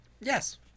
Yes